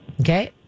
Okay